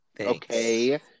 okay